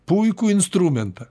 puikų instrumentą